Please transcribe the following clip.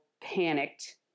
panicked